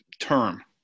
term